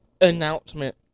announcement